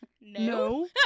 No